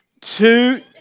two